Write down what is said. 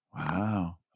Wow